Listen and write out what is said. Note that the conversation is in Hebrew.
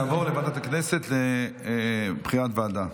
היא תעבור לוועדת הכנסת לבחירת ועדה.